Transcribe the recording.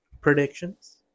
predictions